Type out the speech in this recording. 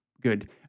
good